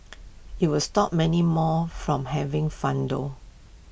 IT was stop many more from having fun though